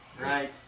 Right